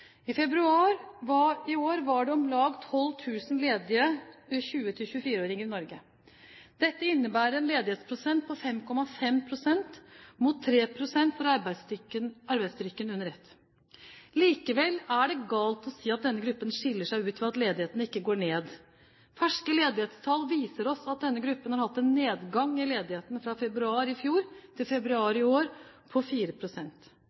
I februar i år var det om lag 12 000 ledige 20–24-åringer i Norge. Dette innebærer en ledighetsprosent på 5,5 mot 3 pst. for arbeidsstyrken under ett. Likevel er det galt å si at denne gruppen skiller seg ut ved at ledigheten ikke går ned. Ferske ledighetstall viser oss at denne gruppen har hatt en nedgang i ledigheten fra februar i fjor til februar i år på